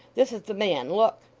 this is the man. look